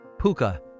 puka